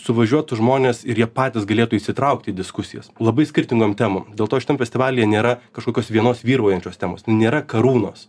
suvažiuotų žmonės ir jie patys galėtų įsitraukti į diskusijas labai skirtingom temom dėl to šitam festivalyje nėra kažkokios vienos vyraujančios temos nėra karūnos